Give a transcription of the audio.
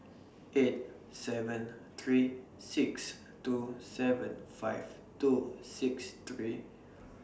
eight seven three six two seven five two six three